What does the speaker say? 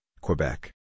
Quebec